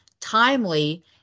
timely